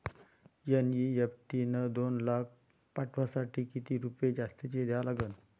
NEFT न दोन लाख पाठवासाठी किती रुपये जास्तचे द्या लागन?